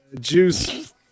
Juice